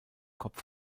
kopf